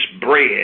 bread